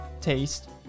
taste